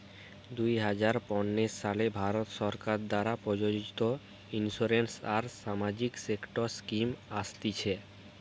দুই হাজার পনের সালে ভারত সরকার দ্বারা প্রযোজিত ইন্সুরেন্স আর সামাজিক সেক্টর স্কিম আসতিছে